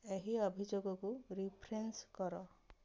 ଏହି ଅଭିଯୋଗକୁ ରେଫ୍ରେନ୍ସ କର